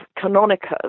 Canonicus